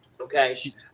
Okay